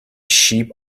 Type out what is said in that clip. sheep